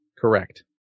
Correct